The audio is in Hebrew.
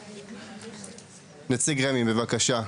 בבקשה.